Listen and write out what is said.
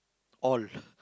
all